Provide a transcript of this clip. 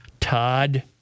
Todd